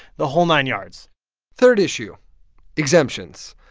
the whole nine yards third issue exemptions.